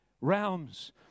realms